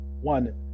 one